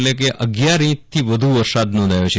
એટલે કે અગિયાર ઈંચથી વધુ વરસાદ નોંધાથો છે